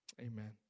Amen